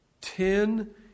ten